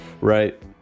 Right